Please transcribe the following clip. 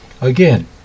Again